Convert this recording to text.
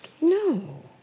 No